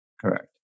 correct